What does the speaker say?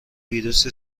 ویروس